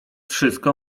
wszystko